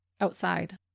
Outside